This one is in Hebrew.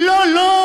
לא, לא,